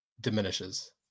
diminishes